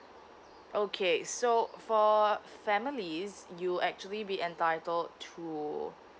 okay so for families you'll actually be entitled to